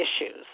issues